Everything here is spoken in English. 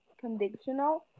conditional